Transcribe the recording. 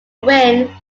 win